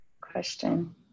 question